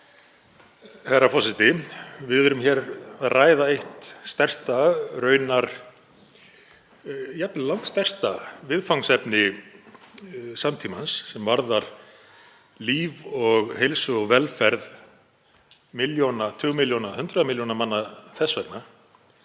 Herra forseti. Við erum að ræða eitt stærsta, raunar jafnvel langstærsta viðfangsefni samtímans sem varðar líf og heilsu og velferð milljóna, tugi milljóna, hundruð milljóna manna þess vegna,